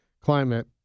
climate